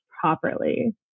properly